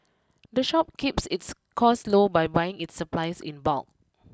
the shop keeps its costs low by buying its supplies in bulk